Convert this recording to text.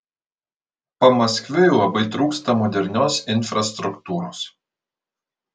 pamaskviui labai trūksta modernios infrastruktūros